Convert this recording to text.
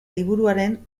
liburuaren